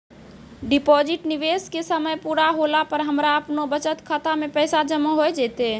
Deposit निवेश के समय पूरा होला पर हमरा आपनौ बचत खाता मे पैसा जमा होय जैतै?